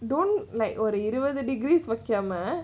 don't like இருபது: irupadhu degrees வைக்காம: vaikkama